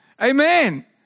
Amen